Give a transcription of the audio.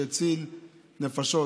שהציל נפשות,